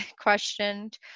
questioned